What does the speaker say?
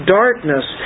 darkness